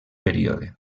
període